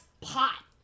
pot